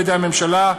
על-ידי הממשלה,